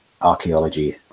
Archaeology